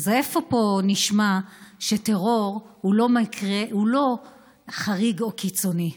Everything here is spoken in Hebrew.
איפה פה נשמע שטרור הוא לא חריג או קיצוני?